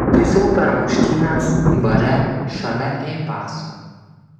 įsitaisiau per muštynes bare šalia ei paso